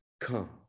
come